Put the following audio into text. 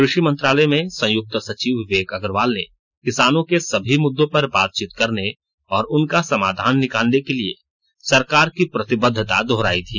क्रषि मंत्रालय में संयुक्त सचिव विवेक अग्रवाल ने किसानों के सभी मुद्दों पर बातचीत करने और उनका समाधान निकालने के लिए सरकार की प्रतिबद्धता दोहराई थी